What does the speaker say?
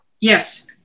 Yes